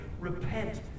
repent